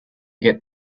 get